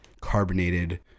carbonated